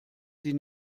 sie